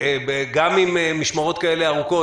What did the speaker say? שעדיין נכנסים ויוצאים גם עם משמרות כאלה ארוכות,